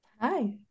Hi